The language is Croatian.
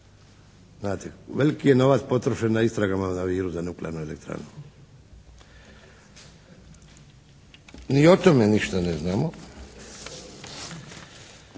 Znate, veliki je novac potrošen na istragama na Viru za nuklearnu elektranu. Ni o tome ništa ne znamo.